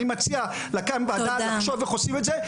אני מציע לחשוב איך עושים את זה,